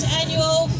annual